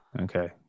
Okay